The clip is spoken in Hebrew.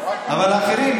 אבל האחרים,